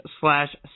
slash